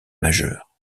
majeurs